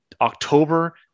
October